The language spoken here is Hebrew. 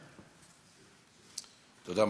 תודה.